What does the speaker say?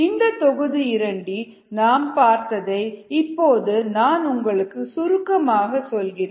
இந்த தொகுதி 2 நாம் பார்த்ததை இப்போது நான் உங்களுக்கு சுருக்கமாக சொல்கிறேன்